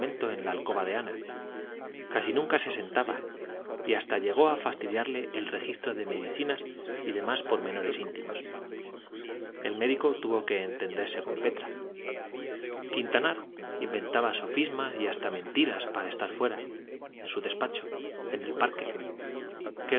en la alcoba de ana casi nunca se sentaba y hasta llegó a fastidiarle el registro de medicinas y demás pormenores íntimos el médico tuvo que entenderse con petra quintanar inventaba sofismas y hasta mentiras para estar fuera en su despacho en el parque